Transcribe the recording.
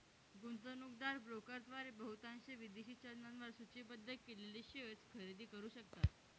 गुंतवणूकदार ब्रोकरद्वारे बहुतांश विदेशी चलनांवर सूचीबद्ध केलेले शेअर्स खरेदी करू शकतात